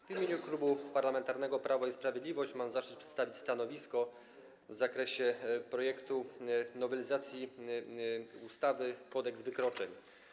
W imieniu Klubu Parlamentarnego Prawo i Sprawiedliwość mam zaszczyt przedstawić stanowisko w zakresie projektu nowelizacji ustawy Kodeks wykroczeń.